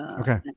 Okay